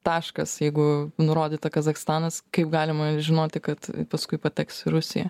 taškas jeigu nurodyta kazachstanas kaip galima žinoti kad paskui pateks į rusiją